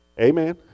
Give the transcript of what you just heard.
Amen